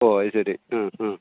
ഓഹ് അതുശരി ആ ആ